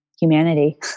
humanity